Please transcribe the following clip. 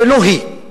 ולא היא.